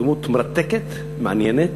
הוא דמות מרתקת, מעניינת,